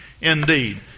indeed